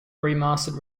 remastered